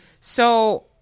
So-